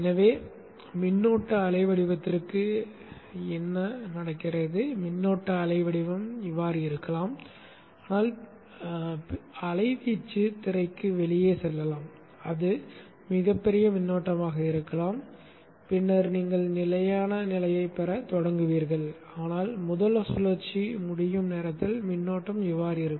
எனவே மின்னோட்ட அலை வடிவத்திற்கு என்ன நடக்கிறது மின்னோட்ட அலை வடிவம் இப்படி இருக்கலாம் ஆனால் அலைவீச்சு திரைக்கு வெளியே செல்லலாம் அது மிகப்பெரிய மின்னோட்டமாக இருக்கலாம் பின்னர் நீங்கள் நிலையான நிலையைப் பெறத் தொடங்குவீர்கள் ஆனால் முதல் சுழற்சி முடியும் நேரத்தில் மின்னோட்டம் இவ்வாறு இருக்கும்